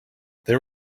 there